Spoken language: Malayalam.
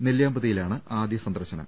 നെല്ലിയാമ്പതിയിലാണ് ആദ്യസന്ദർശനം